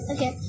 Okay